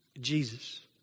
Jesus